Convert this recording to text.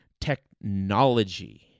technology